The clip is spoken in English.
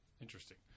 Interesting